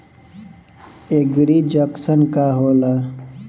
एगरी junction का होला?